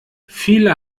viele